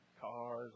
cars